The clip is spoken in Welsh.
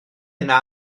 yna